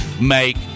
make